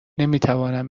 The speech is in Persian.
نمیتوانم